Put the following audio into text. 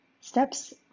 Steps